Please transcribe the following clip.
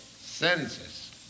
senses